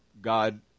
God